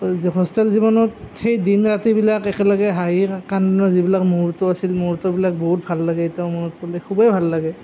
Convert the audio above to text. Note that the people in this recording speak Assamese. হো হোষ্টেল জীৱনত সেই দিন ৰাতিবিলাক একে লগে হাঁহি কান্দোন যিবিলাক মুহূৰ্ত আছিল সেই মুহূৰ্তবিলাক এতিয়াও ভাল লাগে এতিয়াও মনত পৰিলে খুবেই ভাল লাগে